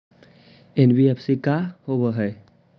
NBFC का होब?